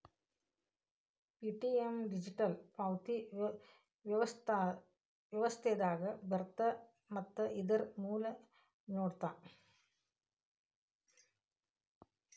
Paytm digital ಪಾವತಿ ವ್ಯವಸ್ಥೆದಾಗ ಬರತ್ತ ಮತ್ತ ಇದರ್ ಮೂಲ ನೋಯ್ಡಾ